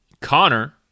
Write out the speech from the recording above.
Connor